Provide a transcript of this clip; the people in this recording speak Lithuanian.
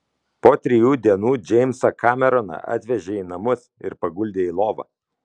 po trijų dienų džeimsą kameroną atvežė į namus ir paguldė į lovą